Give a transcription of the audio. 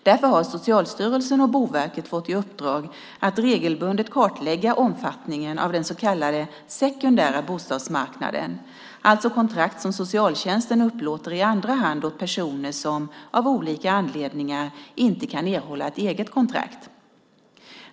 Därför har Socialstyrelsen och Boverket fått i uppdrag att regelbundet kartlägga omfattningen av den så kallade sekundära bostadsmarknaden, alltså kontrakt som socialtjänsten upplåter i andra hand åt personer som - av olika anledningar - inte kan erhålla ett eget kontrakt.